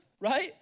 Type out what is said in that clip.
Right